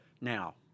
Now